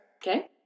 Okay